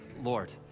Lord